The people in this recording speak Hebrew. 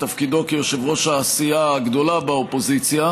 תפקידו כיושב-ראש הסיעה הגדולה באופוזיציה,